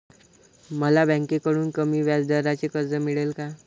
मला बँकेकडून कमी व्याजदराचे कर्ज मिळेल का?